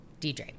DJ